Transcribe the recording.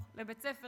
הנגיד,